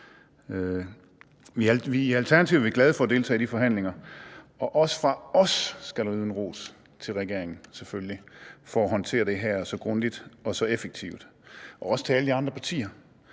I Alternativet er vi glade for at deltage i de forhandlinger, og også fra os skal der selvfølgelig lyde en ros til regeringen for at håndtere det her så grundigt og så effektivt – og også til alle de andre partier